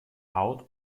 haut